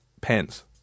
pens